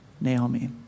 Naomi